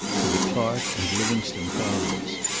to the clark and livingstone families.